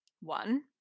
one